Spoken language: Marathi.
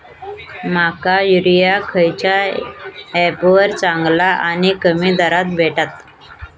माका युरिया खयच्या ऍपवर चांगला आणि कमी दरात भेटात?